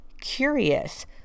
curious